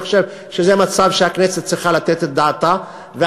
אני חושב שזה מצב שהכנסת צריכה לתת את דעתה עליו,